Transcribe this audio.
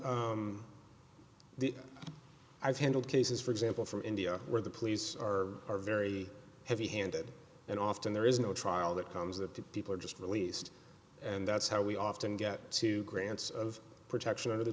the i've handled cases for example from india where the police are are very heavy handed and often there is no trial that comes that the people are just released and that's how we often get to grants of protection under the